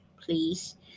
please